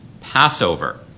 Passover